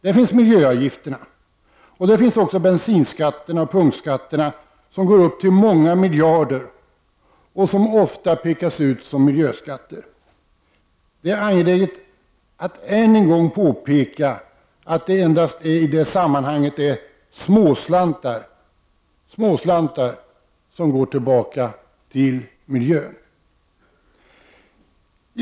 Där finns miljöavgifterna, och där finns också bensinskatterna och punktskatterna som uppgår till många miljarder och som ofta pekas ut som miljöskatter. Det är angeläget att än en gång påpeka att det i detta sammanhang endast är småslantar som går tillbaka till miljön.